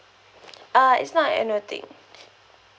uh it's not an annual thing